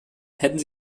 hätten